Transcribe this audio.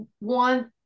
want